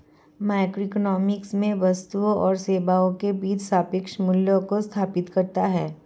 microeconomics में वस्तुओं और सेवाओं के बीच सापेक्ष मूल्यों को स्थापित करता है